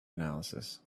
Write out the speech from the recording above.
analysis